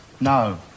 No